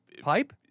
Pipe